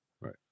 Right